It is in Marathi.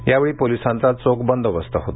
यावेळी पोलिसांचा चोख बंदोबस्त होता